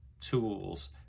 tools